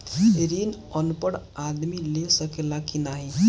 ऋण अनपढ़ आदमी ले सके ला की नाहीं?